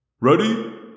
Ready